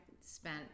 spent